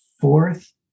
fourth